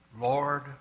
Lord